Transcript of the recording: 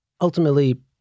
ultimately